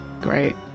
Great